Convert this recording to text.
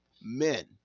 men